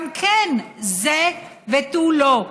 גם כן, זה ותו לא,